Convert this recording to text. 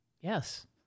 yes